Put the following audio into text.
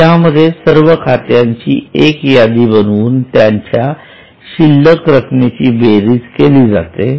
यामध्ये सर्व खात्यांची एक यादी बनवून त्यांच्या शिल्लक रकमेची बेरीज केली जाते